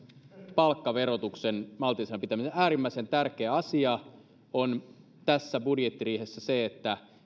palkkaverotuksen maltillisena pitämiseen äärimmäisen tärkeä asia tässä budjettiriihessä on se